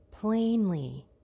plainly